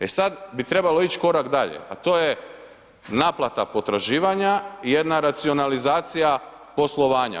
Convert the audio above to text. E sad bi trebalo ići korak dalje a to je naplata potraživanja i jedna racionalizacija poslovanja.